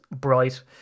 bright